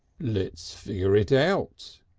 let's figure it out,